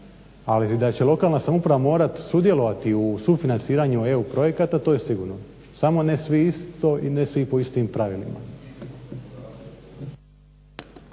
ali da će lokalna samouprava morati sudjelovati u sufinanciranju EU projekata to je sigurno samo ne svi isto i ne svi po istim pravilima.